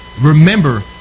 Remember